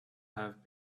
have